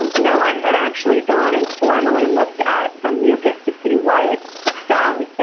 and no one had actually gone and formally looked at the mucus to see why it stung.